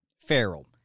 Feral